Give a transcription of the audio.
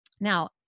Now